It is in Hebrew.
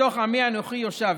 בתוך עמי אנוכי יושב,